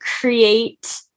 create